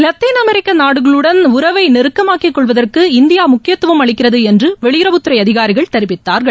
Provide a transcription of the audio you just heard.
Latin அமெரிக்க நாடுகளுடன் உறவை நெருக்கமாக்கிக் கொள்வதற்கு இந்தியா முக்கியத்துவம் அளிக்கிறது என்று வெளியுறவுத்துறை அதிகாரிகள் தெரிவித்தார்கள்